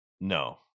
No